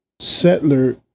settler